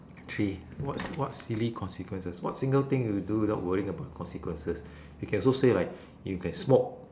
three what s~ what silly consequences what single thing you do without worrying about consequences you can also say like you can smoke